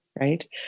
right